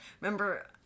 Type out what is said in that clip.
remember